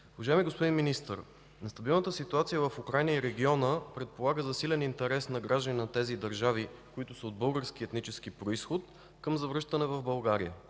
Уважаеми господин Министър, нестабилната ситуация в Украйна и региона предполага засилен интерес на граждани на тези държави, които са от български етнически произход, към завръщане в България.